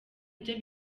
byo